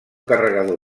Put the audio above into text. carregador